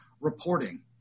reporting